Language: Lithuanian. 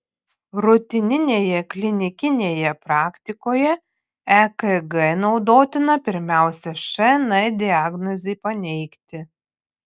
rutininėje klinikinėje praktikoje ekg naudotina pirmiausia šn diagnozei paneigti